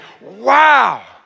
wow